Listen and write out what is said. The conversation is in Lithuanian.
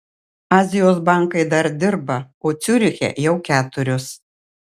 azijos bankai dar dirba o ciuriche jau keturios